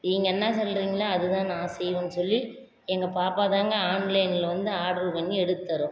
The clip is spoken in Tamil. நீங்கள் என்ன சொல்றிங்களோ அது தான் நான் செய்வேன்னு சொல்லி எங்கள் பாப்பா தாங்க ஆன்லைன்ல வந்து ஆர்டர் பண்ணி எடுத்து தரும்